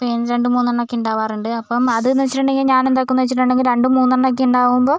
പിന്നെ രണ്ടും മൂന്നെണ്ണക്കെ ഉണ്ടാവാറുണ്ട് അപ്പോൾ അതിന് വെച്ചിട്ടുണ്ടെങ്കിൽ ഞാനെന്താക്കുംന്നു വെച്ചിട്ടുണ്ടെങ്കിൽ രണ്ടും മൂന്നെണ്ണക്കെ ഉണ്ടാവുമ്പോൾ